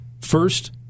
First